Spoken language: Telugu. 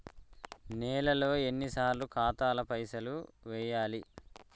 నెలలో ఎన్నిసార్లు ఖాతాల పైసలు వెయ్యాలి?